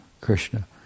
Krishna